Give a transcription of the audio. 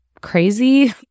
crazy